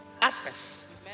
Access